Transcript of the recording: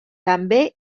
també